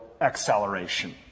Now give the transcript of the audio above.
acceleration